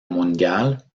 mundial